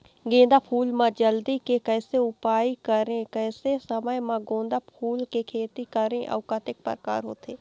गेंदा फूल मा जल्दी के कैसे उपाय करें कैसे समय मा गेंदा फूल के खेती करें अउ कतेक प्रकार होथे?